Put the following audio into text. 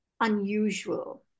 unusual